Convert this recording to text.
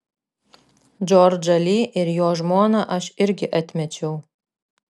džordžą li ir jo žmoną aš irgi atmečiau